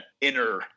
inner